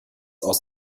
aus